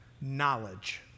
knowledge